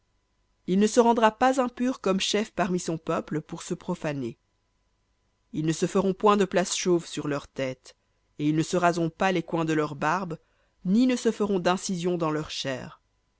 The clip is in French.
il ne se rendra pas impur comme chef parmi son peuple pour se profaner ils ne se feront point de place chauve sur leur tête et ils ne raseront pas les coins de leur barbe ni ne se feront d'incisions dans leur chair